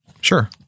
Sure